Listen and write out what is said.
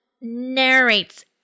narrates